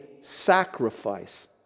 sacrifice